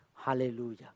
Hallelujah